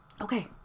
okay